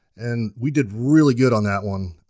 and we did really good on that one,